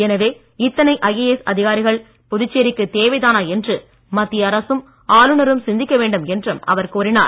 எனவே இத்தனை ஐஏஎஸ் அதிகாரிகள் புதுச்சேரிக்குத் தேவைதானா என்று மத்திய அரசும் ஆளுநரும் சிந்திக்க வேண்டும் என்றும் அவர் கூறினார்